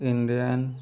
Indian